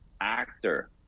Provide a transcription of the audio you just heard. actor